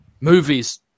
Movies